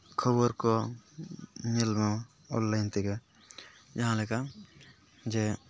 ᱠᱷᱚᱵᱚᱨ ᱠᱚ ᱧᱮᱞ ᱦᱚᱸ ᱚᱱᱞᱟᱭᱤᱱ ᱛᱮᱜᱮ ᱡᱟᱦᱟᱸᱞᱮᱠᱟ ᱡᱮ